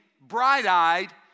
bright-eyed